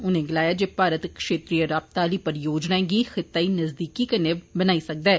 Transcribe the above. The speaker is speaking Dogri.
उनें गलाया जे मारत क्षेत्रिय रावता आली परियोजनाएं गी खिताई नज़दीकी कन्नै बनाई सकदा ऐ